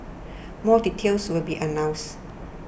more details will be announced